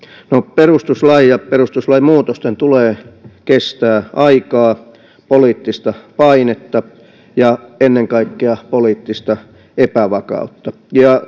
perustuslain ja perustuslain muutosten tulee kestää aikaa poliittista painetta ja ennen kaikkea poliittista epävakautta